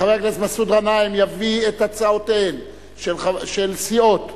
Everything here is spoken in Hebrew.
חבר הכנסת מסעוד גנאים יביא את הצעותיהן של סיעות רע"ם-תע"ל,